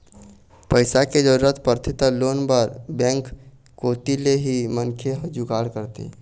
पइसा के जरूरत परथे त लोन बर बेंक कोती ले ही मनखे ह जुगाड़ करथे